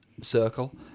Circle